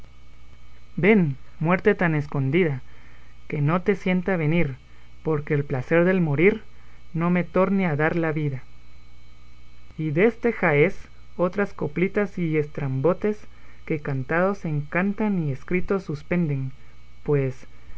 ven muerte tan escondida que no te sienta venir porque el placer del morir no me torne a dar la vida y deste jaez otras coplitas y estrambotes que cantados encantan y escritos suspenden pues